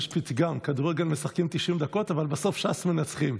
יש פתגם: כדורגל משחקים 90 דקות אבל בסוף ש"ס מנצחים,